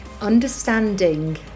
understanding